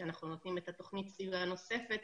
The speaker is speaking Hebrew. שאנחנו נותנים את תכנית הסיוע הנוספת,